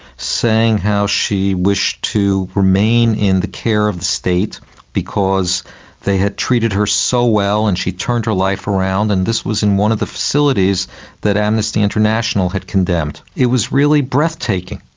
saying how she wished to remain in the care of the state because they had treated her so well and she had turned her life around. and this was in one of the facilities that amnesty international had condemned. it was really breathtaking.